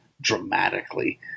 dramatically